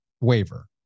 waiver